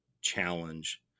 challenge